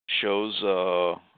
shows